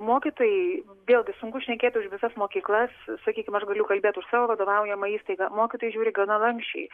mokytojai vėlgi sunku šnekėti už visas mokyklas sakykim aš galiu kalbėt už savo vadovaujamą įstaigą mokytojai žiūri gana lanksčiai